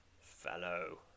fellow